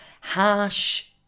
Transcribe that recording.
harsh